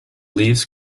leaves